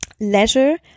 Leisure